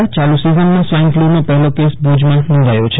યાલુ સિઝનમાં સ્વાઈન ફ્લુનો પહેલો કેસ નોંધાયો છે